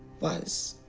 was.